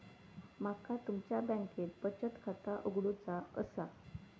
माका तुमच्या बँकेत बचत खाता उघडूचा असा?